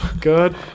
good